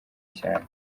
cyane